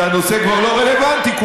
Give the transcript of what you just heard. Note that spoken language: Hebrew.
כשהנושא כבר לא רלוונטי,